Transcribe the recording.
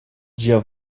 ĝia